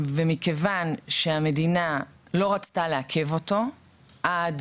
ומכיוון שהמדינה לא רצתה לעכב אותו עד